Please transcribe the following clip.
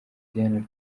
diane